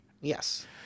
yes